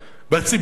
הציבור